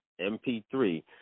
mp3